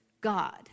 God